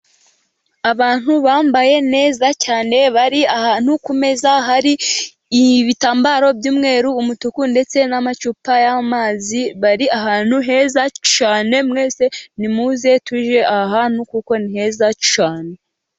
Abantu bambaye neza cyane bari ahantu ku meza hari ibitambaro by'umweru, umutuku, ndetse n'amacupa y'amazi, bari ahantu heza cyane, mwese nimuze tujye aha hantu kuko ni heza cyane.